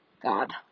God